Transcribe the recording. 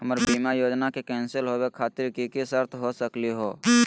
हमर बीमा योजना के कैन्सल होवे खातिर कि कि शर्त हो सकली हो?